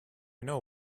know